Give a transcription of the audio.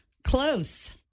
Close